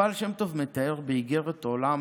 הבעל שם טוב מתאר באיגרת עולם